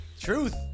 Truth